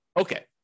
Okay